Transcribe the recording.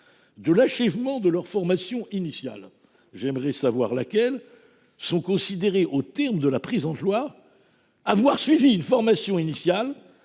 de l’achèvement de leur formation initiale – j’aimerais savoir laquelle – sont considérés, aux termes de la présente loi, avoir suivi une formation initiale